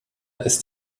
ist